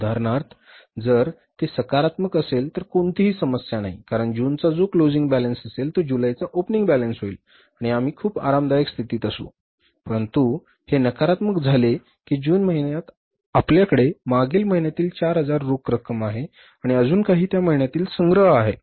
उदाहरणार्थ जर ती सकारात्मक असेल तर कोणतीही समस्या नाही कारण जूनचा जो क्लोजिंग बॅलन्स असेल तो जुलैचा ओपनिंग बॅलन्स होईल आणि आम्ही खूप आरामदायक स्थितीत असु परंतु उदाहरणार्थ हे नकारात्मक झाले की जून महिन्यात आपल्याकडे मागील महिन्यातील 4000 रोख रक्कम आहे आणि अजून काही या महिन्यातील संग्रह आहे